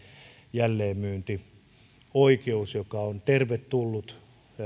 jälleenmyyntioikeus joka on tervetullut